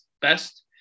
best